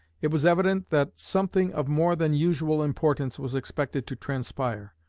it was evident that something of more than usual importance was expected to transpire.